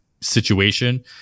situation